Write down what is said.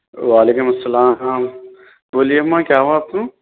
وعلیکم السلام ہاں بولیے اماں کیا ہوا آپ کو